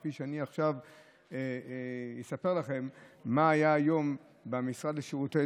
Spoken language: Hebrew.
כפי שעכשיו אני אספר לכם מה היה היום במשרד לשירותי